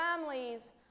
families